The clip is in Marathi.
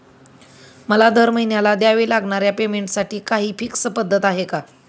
मला दरमहिन्याला द्यावे लागणाऱ्या पेमेंटसाठी काही फिक्स पद्धत आहे का?